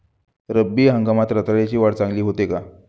रब्बी हंगामात रताळ्याची वाढ चांगली होते का?